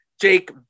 Jake